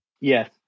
Yes